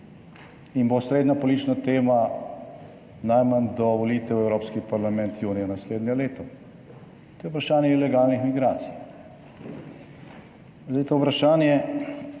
in bo osrednja politična tema najmanj do volitev v Evropski parlament junija naslednje leto, to je vprašanje ilegalnih migracij. Zdaj to vprašanje